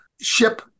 ship